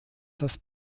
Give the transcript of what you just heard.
das